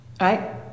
Right